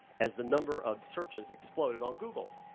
as the number of searches exploded on google.